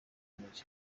maj